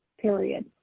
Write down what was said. period